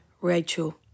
Rachel